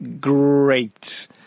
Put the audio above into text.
great